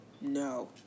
no